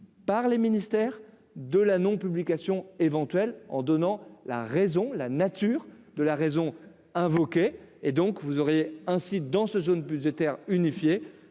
par les ministères de la non publication éventuelle en donnant la raison, la nature de la raison invoquée et donc vous aurez ainsi dans ce jaune budgétaire unifier